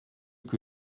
que